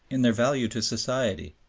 in their value to society,